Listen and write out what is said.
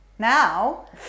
now